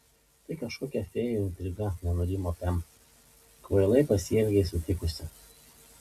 tai kažkokia fėjų intriga nenurimo pem kvailai pasielgei sutikusi